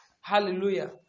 hallelujah